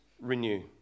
renew